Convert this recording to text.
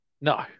No